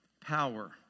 power